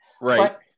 Right